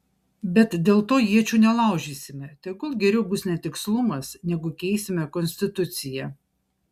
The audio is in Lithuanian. bet dėl to iečių nelaužysime tegul geriau bus netikslumas negu keisime konstituciją